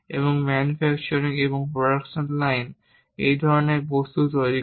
এবং ম্যানুফ্যাকচারিং এবং production line এই ধরনের বস্তু তৈরি করে